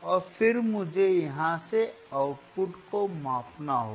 और फिर मुझे यहाँ से आउटपुट को मापना होगा